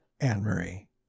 Anne-Marie